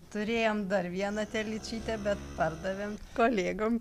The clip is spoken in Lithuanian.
turėjom dar vieną telyčytę bet pardavėm kolegom